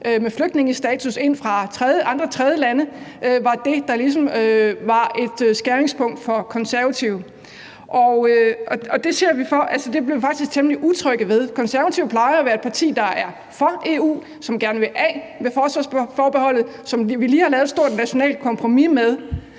med flygtningestatus ind fra andre tredjelande var det, der ligesom var et afgørende punkt for Konservative. Det blev vi faktisk temmelig utrygge ved. Konservative plejer jo at være et parti, der er for EU, og som gerne vil af med forsvarsforbeholdet, og som vi lige har lavet et stort nationalt kompromis med,